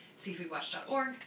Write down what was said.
seafoodwatch.org